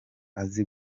azi